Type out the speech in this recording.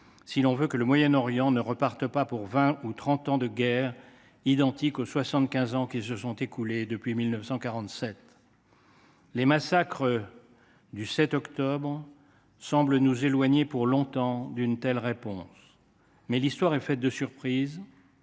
si l’on veut que le Moyen Orient ne reparte pas pour vingt ou trente ans de guerre, analogues aux soixante quinze ans qui se sont écoulés depuis 1947. Les massacres du 7 octobre semblent nous éloigner pour longtemps d’une telle réponse, mais l’histoire est faite de surprises.